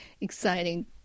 exciting